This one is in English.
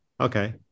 Okay